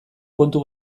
kontu